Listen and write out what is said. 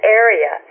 area